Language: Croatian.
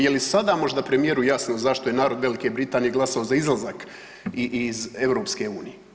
Je li sada možda premijeru jasno zašto je narod Velike Britanije glasovao za izlazak iz EU?